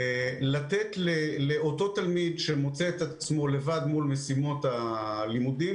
לתת לתלמיד שמוצא את עצמו לבד מול משימות הלימודים,